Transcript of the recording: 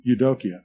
eudokia